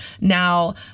Now